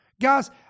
Guys